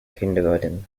kindergarten